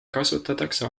kasutatakse